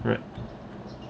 ya